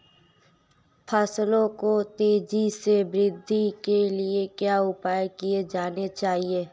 फसलों की तेज़ी से वृद्धि के लिए क्या उपाय किए जाने चाहिए?